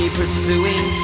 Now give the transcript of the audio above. pursuing